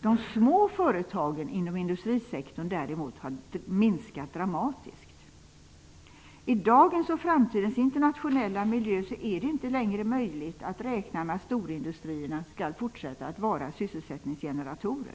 De små företagen inom industrisektorn har däremot minskat dramatiskt. I dagens och framtidens internationella miljö är det inte längre möjligt att räkna med att storindustrierna skall fortsätta att vara sysselsättningsgeneratorer.